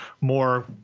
more